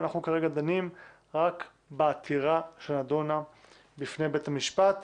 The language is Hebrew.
אנחנו כרגע דנים רק בעתירה שנדונה בפני בית המשפט,